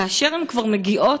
כאשר הן כבר מגיעות